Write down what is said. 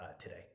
today